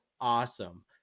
awesome